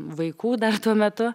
vaikų dar tuo metu